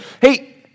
hey